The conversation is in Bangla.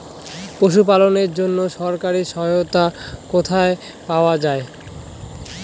পশু পালনের জন্য সরকারি সহায়তা কোথায় পাওয়া যায়?